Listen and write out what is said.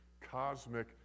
cosmic